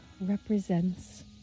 represents